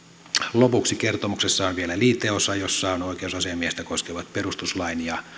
lopuksi kertomuksessa on vielä liiteosa jossa on oikeusasiamiestä koskevat perustuslain ja